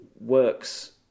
works